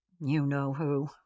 you-know-who